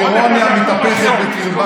את ההתיישבות הצעירה,